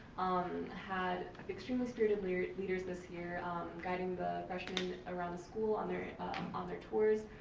um had extremely spirited leaders leaders this year guiding the freshmen around the school on their on their tours,